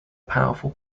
powerful